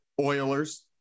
Oilers